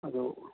ꯑꯗꯨ